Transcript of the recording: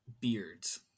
beards